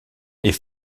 est